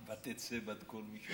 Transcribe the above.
ותצא בת-קול משמיים.